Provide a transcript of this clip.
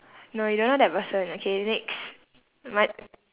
no you don't know that person okay next my